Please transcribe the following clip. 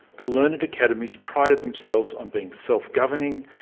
the learned academies prided themselves on being self-governing,